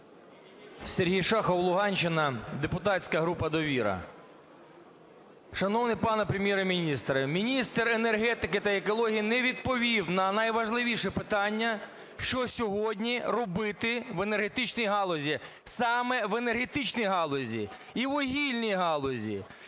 Сергій Шахов, Луганщина, депутатська група "Довіра". Шановний пане Прем'єр-міністре, міністр енергетики та екології не відповів на найважливіше питання: що сьогодні робити в енергетичній галузі? Саме в енергетичній галузі і вугільній галузі.